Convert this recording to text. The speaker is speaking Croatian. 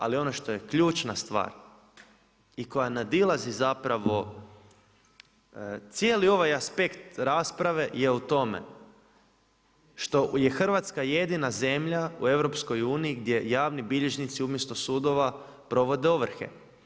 Ali ono što je ključna stvar i koja nadilazi zapravo cijeli ovaj aspekt rasprave je u tome što je Hrvatska jedina zemlja u EU gdje javni bilježnici umjesto sudova provode ovrhe.